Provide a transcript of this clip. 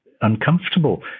uncomfortable